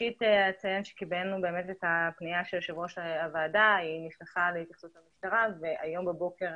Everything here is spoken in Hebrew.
קיבלנו את פניית יושב ראש הוועדה שנשלחה להתייחסות המשטרה והבוקר